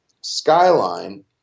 skyline